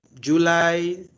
July